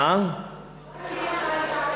היא לא הבינה,